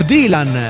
Dylan